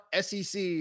sec